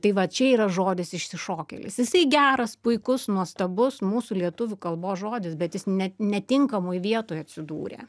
tai vat čia yra žodis išsišokėlis jisai geras puikus nuostabus mūsų lietuvių kalbos žodis bet jis net netinkamoj vietoj atsidūrė